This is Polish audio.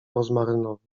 rozmarynowy